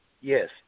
Yes